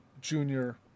junior